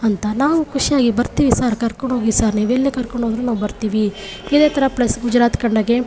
ಅಂತ ನಾವು ಖುಷಿಯಾಗಿ ಬರ್ತೀವಿ ಸರ್ ಕರ್ಕೊಂಡು ಹೋಗಿ ಸರ್ ನೀವೆಲ್ಲಿಗೆ ಕರ್ಕೊಂಡು ಹೋದ್ರು ನಾವು ಬರ್ತೀವಿ ಇದೇ ಥರ ಪ್ಲೇಸ್ ಗುಜರಾತ್ ಕಂಡಾಗೆ